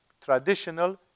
traditional